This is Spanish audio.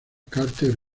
carter